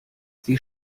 sie